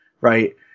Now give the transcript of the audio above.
right